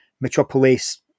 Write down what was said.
Metropolis